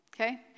Okay